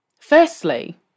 Firstly